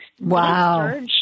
Wow